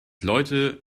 leute